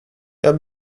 jag